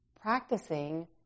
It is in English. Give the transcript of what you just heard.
practicing